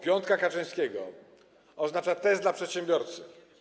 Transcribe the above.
Piątka Kaczyńskiego oznacza test dla przedsiębiorcy.